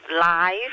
life